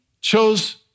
chose